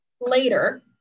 later